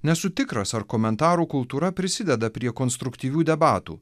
nesu tikras ar komentarų kultūra prisideda prie konstruktyvių debatų